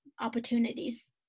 opportunities